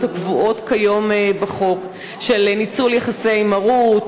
הקבועות כיום בחוק של ניצול יחסי מרות,